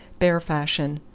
bear fashion,